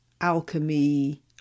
Alchemy